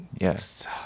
Yes